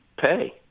pay